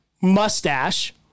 mustache